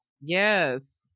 Yes